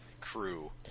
crew